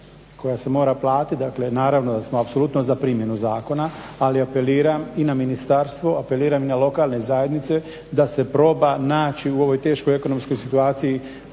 koja se mora platiti, dakle naravno da smo apsolutno za primjenu zakona. Ali apeliram i na ministarstvo, apeliram i na lokalne zajednice da se proba naći u ovoj teškoj ekonomskoj situaciji